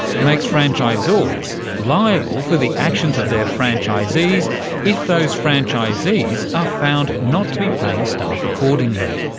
makes franchisors liable for the actions of their franchisees if those franchisees are found not to be paying staff accordingly.